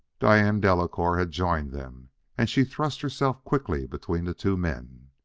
diane delacouer had joined them and she thrust herself quickly between the two men.